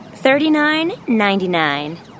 Thirty-nine-ninety-nine